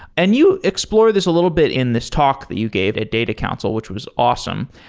and you explore this a little bit in this talk that you gave at data council, which was awesome.